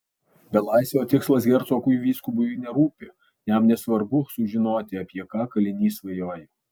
belaisvio tikslas hercogui vyskupui nerūpi jam nesvarbu sužinoti apie ką kalinys svajoja